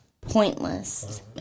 pointless